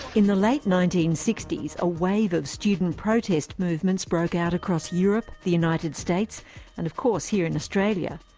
in the late nineteen sixty s, a wave of student protest movements broke out across europe, the united states and of course, here in australia.